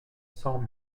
cents